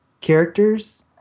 characters